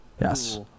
Yes